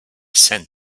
sent